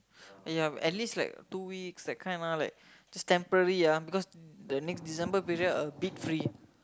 ya at least like two weeks that kind lah like just temporary ah because the next December period I a bit free